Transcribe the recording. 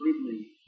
completely